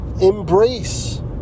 embrace